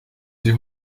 sie